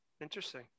Interesting